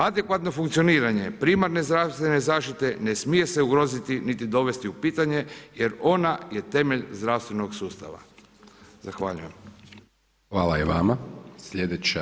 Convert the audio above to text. Adekvatno funkcioniranje primarne zdravstvene zaštite ne smije se ugroziti niti dovesti u pitanje jer ona je temelj zdravstvenog sustava.